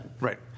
Right